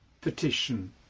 petition